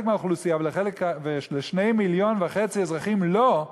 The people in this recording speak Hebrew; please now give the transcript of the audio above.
מהאוכלוסייה אבל ל-2.5 מיליון אזרחים לא,